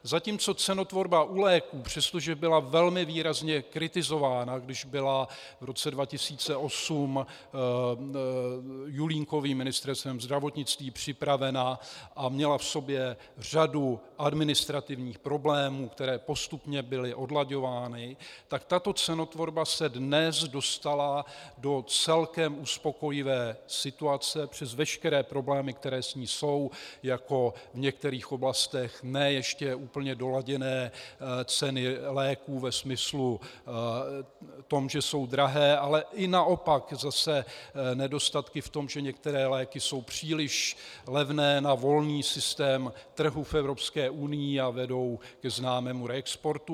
Zatímco cenotvorba u léků, přestože byla velmi výrazně kritizována, když byla v roce 2008 Julínkovým Ministerstvem zdravotnictví připravena a měla v sobě řadu administrativních problémů, které postupně byly odlaďovány, tak tato cenotvorba se dnes dostala do celkem uspokojivé situace přes veškeré problémy, které s ní jsou, jako v některých oblastech ne ještě úplně doladěné ceny léků ve smyslu tom, že jsou drahé, ale i naopak zase nedostatky v tom, že některé léky jsou příliš levné na volný systém trhu v Evropské unii a vedou ke známému reexportu.